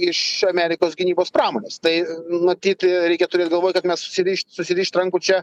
iš amerikos gynybos pramonės tai matyt reikia turėt galvoj kad mes susirišt susirišt rankų čia